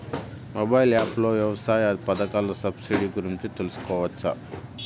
Mobile app లో వ్యవసాయ పథకాల సబ్సిడి గురించి తెలుసుకోవచ్చా?